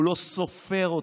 הוא לא סופר אתכם.